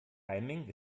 timing